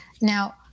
Now